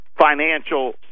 financial